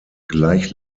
gleich